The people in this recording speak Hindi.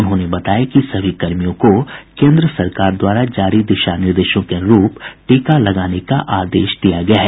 उन्होंने बताया कि सभी कर्मियों को केन्द्र सरकार द्वारा जारी दिशा निर्देशों के अनुरूप टीका लगाने का आदेश दिया गया है